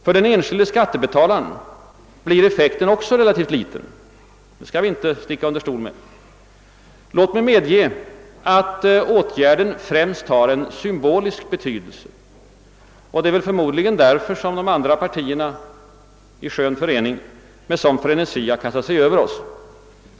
För den enskilde skattebetalaren blir effekten också relativt liten — det skall vi inte sticka under stol med. Låt mig medge att åtgärden främst har en symbolisk betydelse. Det är förmodligen därför de övriga partierna i skön förening med sådan frenesi har kastat sig över oss.